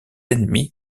ennemis